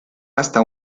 hasta